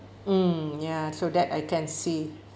mm ya so that I can see